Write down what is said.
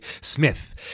Smith